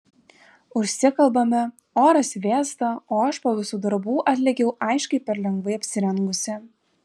užsikalbame oras vėsta o aš po visų darbų atlėkiau aiškiai per lengvai apsirengusi